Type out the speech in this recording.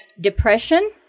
depression